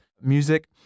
Music